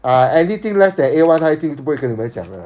ah anything less than A one 他一定不会跟你们讲的